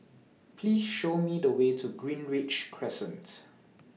Please Show Me The Way to Greenridge Crescent